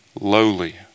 lowly